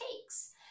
takes